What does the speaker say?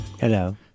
Hello